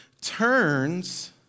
turns